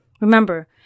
Remember